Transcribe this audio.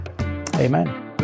Amen